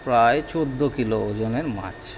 প্রায় চোদ্দো কিলো ওজনের মাছ